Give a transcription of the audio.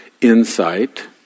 insight